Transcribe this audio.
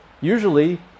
Usually